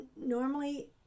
normally